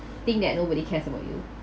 think that nobody cares about you